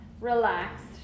relaxed